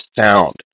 sound